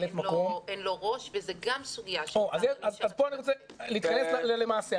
אין לו ראש וזו גם סוגיה ש- -- אז פה אני מתכנס ל-למעשה.